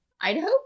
Idaho